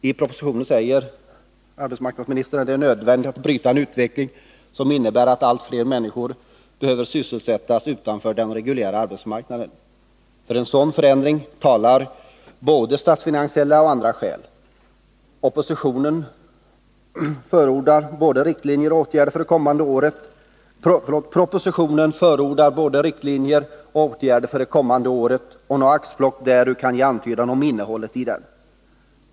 I propositionen säger arbetsmarknadsministern att det är nödvändigt att bryta en utveckling som innebär att allt fler människor behöver sysselsättas utanför den reguljära arbetsmarknaden. För en sådan förändring talar både statsfinansiella och andra skäl. Propositionen förordar både riktlinjer och åtgärder för de kommande åren, och några axplock därur kan ge en antydan om innehållet i den.